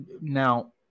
now